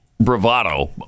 bravado